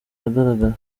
ahagaragara